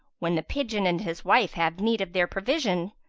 when the pigeon and his wife have need of their provision,